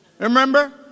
Remember